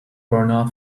bernhard